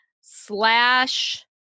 slash